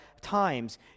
times